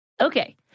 Okay